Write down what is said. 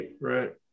right